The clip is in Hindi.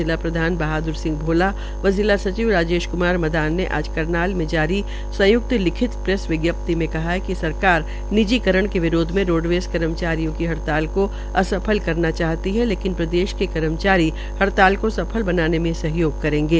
जिला प्रधान बहाद्र सिह भोला व जिला सचिव राजेश मदान ने आज करनाल में जारी संय्कत लिखित प्रेस विजप्ति में कहा है कि सरकार निजीकरण के विरोध में रोडवेज़ कर्मचारियों की हड़ताल से असफल करना चाहती है लेकिन प्रदेश के कर्मचारी हड़ताल को सफल बनाने में सहयोग करेंगे